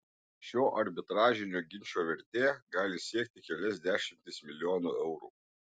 šio arbitražinio ginčo vertė gali siekti kelias dešimtis milijonų eurų